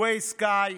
Wiz, Skai,